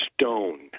Stone